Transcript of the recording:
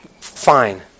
fine